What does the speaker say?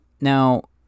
Now